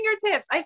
fingertips